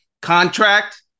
contract